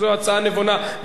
במקום שהשר הרשקוביץ,